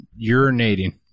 urinating